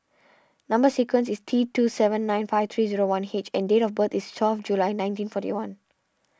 Number Sequence is T two seven nine five three zero one H and date of birth is twelve July nineteen forty one